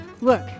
Look